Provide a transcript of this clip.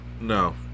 no